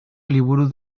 liburu